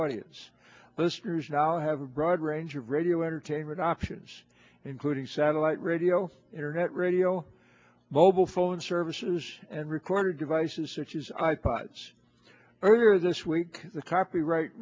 listeners now have a broad range of radio entertainment options including satellite radio internet radio mobile phone services and recording devices such as i pods earlier this week the copyright